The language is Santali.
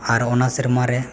ᱟᱨ ᱚᱱᱟ ᱥᱮᱨᱢᱟ ᱨᱮ